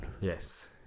Yes